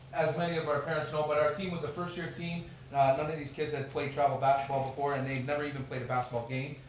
as many of our parents know but our team was a first year team. none of these kids had played travel basketball before and they never even played a basketball game.